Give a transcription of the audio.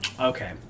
Okay